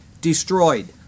destroyed